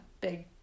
big